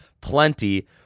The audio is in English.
plenty